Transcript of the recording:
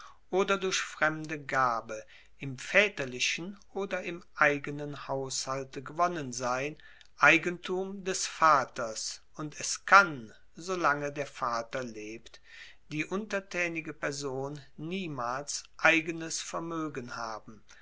oder durch fremde gabe im vaeterlichen oder im eigenen haushalte gewonnen sein eigentum des vaters und es kann so lange der vater lebt die untertaenige person niemals eigenes vermoegen haben